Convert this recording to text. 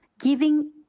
giving